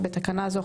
בתקנה זו,